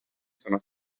sono